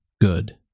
good